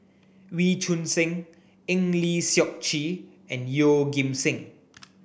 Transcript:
Wee Choon Seng Eng Lee Seok Chee and Yeoh Ghim Seng